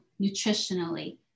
nutritionally